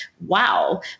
wow